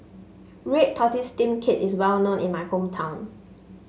Red Tortoise Steamed Cake is well known in my hometown